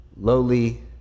Lowly